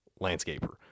landscaper